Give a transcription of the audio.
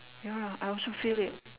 ya lah I also feel it